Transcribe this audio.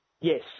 Yes